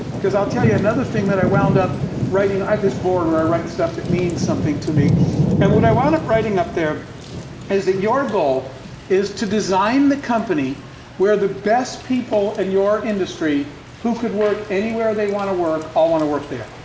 because i'll tell you, another thing that i wound up writing i've this board or i write stuff that means something to me and what i wound up writing up there is that your goal is to design the company where the best people in your industry who could work anywhere they want to work all want to work there.